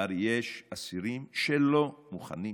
יש אסירים שלא מוכנים